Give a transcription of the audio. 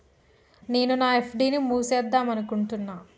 నేను నా ఎఫ్.డి ని మూసివేద్దాంనుకుంటున్న